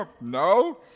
No